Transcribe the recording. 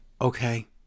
okay